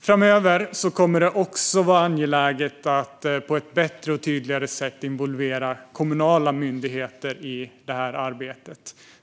Framöver kommer det också att vara angeläget att på ett tydligare sätt involvera kommunala myndigheter i arbetet.